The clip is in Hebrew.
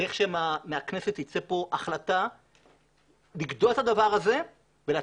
צריך שמהכנסת תצא החלטה לגדוע את הדבר הזה ולתת